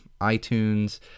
itunes